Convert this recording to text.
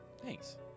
Thanks